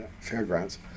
Fairgrounds